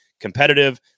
competitive